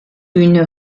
une